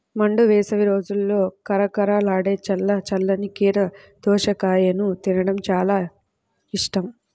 మండు వేసవి రోజుల్లో కరకరలాడే చల్ల చల్లని కీర దోసకాయను తినడం నాకు చాలా ఇష్టం